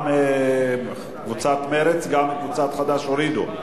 סיעת חד"ש הורידו.